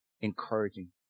encouraging